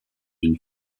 une